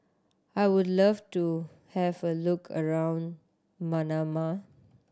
I would love to have a look around Manama